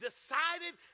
decided